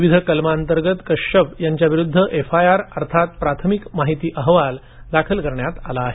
विविध कलमांतर्गत कश्यप यांच्याविरुद्ध एफ आय आर अर्थात प्राथमिक माहिती अहवाल दाखल करण्यात आला आहे